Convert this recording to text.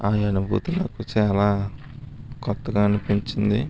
ఆ అనుభూతి నాకు చాలా కొత్తగా అనిపించింది